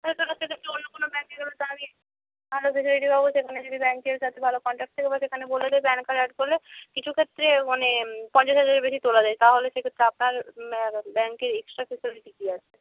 তাহলে অন্য কোনো ব্যাঙ্কে গেলে তো আমি ভালো ফেসিলিটি পাব সেখানে যদি ব্যাঙ্কের সাথে ভালো কনট্যাক্ট থাকে বা সেখানে বলে দেয় প্যান কার্ড অ্যাড করলে কিছু ক্ষেত্রে মানে পঞ্চাশ হাজারের বেশি তোলা যায় তাহলে সেক্ষেত্রে আপনার ব্যাঙ্কে এক্সট্রা ফেসিলিটি কী আছে